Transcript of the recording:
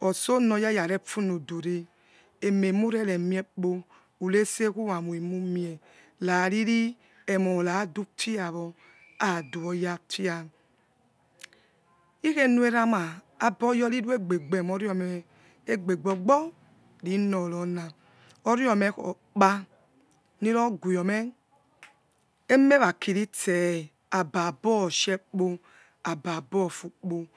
otso aryarsrefuny daneemem reremiekpo urese kurami smumie raviti emoradufia wo aduoya fisikhenveramah aboyorinie gebe monorime egbebogborinorona oriome rapa nird ghome emerakiritse ababo sherpo ababotukpo.